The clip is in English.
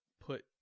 put